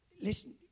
listen